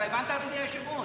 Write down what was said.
אתה הבנת, אדוני היושב-ראש?